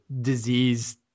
disease